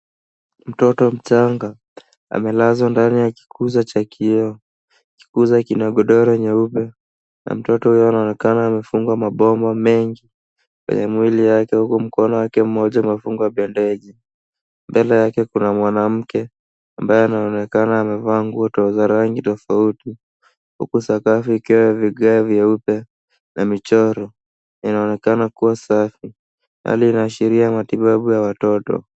Mtoto mchanga, amelazwa ndani ya kikuza cha kioo. Kikuza kina godoro nyeupe, na mtoto huyo anaonekana amefungwa mabomba mengi kwenye mwili wake, huku mkono wake mmoja umefungwa bendeji. Mbele yake kuna mwanamke ambaye anaonekana amevaa nguo za rangi tofauti. Huku sakafu ikiwa ya vigae vyeupe na michoro, inaonekana kuwa safi. Hali inaashiria matibabu ya watoto.